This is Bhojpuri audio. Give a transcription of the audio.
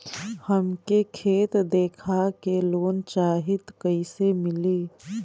हमके खेत देखा के लोन चाहीत कईसे मिली?